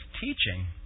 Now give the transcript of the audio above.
teaching